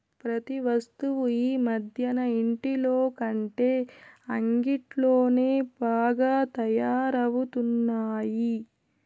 ప్రతి వస్తువు ఈ మధ్యన ఇంటిలోకంటే అంగిట్లోనే బాగా తయారవుతున్నాయి